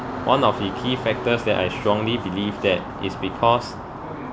one of the key factors that I strongly believe that is because